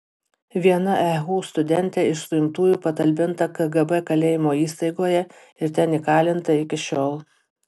viena ehu studentė iš suimtųjų patalpinta kgb kalėjimo įstaigoje ir ten įkalinta iki šiol